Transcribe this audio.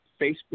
Facebook